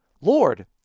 Lord